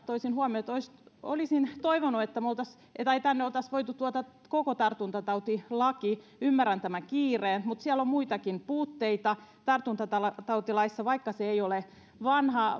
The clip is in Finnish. toisin huomioon että olisin toivonut että tänne oltaisiin voitu tuoda koko tartuntatautilaki ymmärrän tämän kiireen mutta siellä on muitakin puutteita tartuntatautilaissa vaikka se ei ole vanha